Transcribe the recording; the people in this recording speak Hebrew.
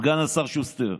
סגן השר שוסטר.